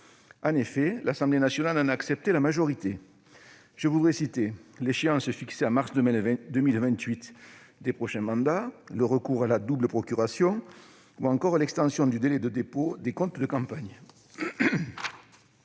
En effet, l'Assemblée nationale en a accepté la majorité. Je voudrais citer l'échéance fixée à mars 2028 des prochains mandats, le recours à la double procuration, ou encore l'extension du délai de dépôt des comptes de campagne.